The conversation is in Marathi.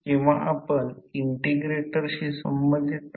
तर पुढे मीन फ्लक्स डेन्सिटी आहे B H हे माहित आहे तर H Fm l